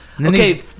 Okay